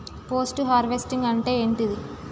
Post harvesting అంటే ఏంటిది?